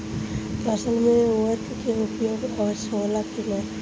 फसल में उर्वरक के उपयोग आवश्यक होला कि न?